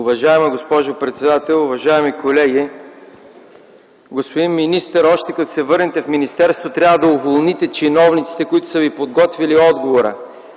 Уважаема госпожо председател, уважаеми колеги! Господин министър, още като се върнете в министерството, трябва да уволните чиновниците, които са Ви подготвили отговора.